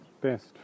best